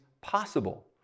possible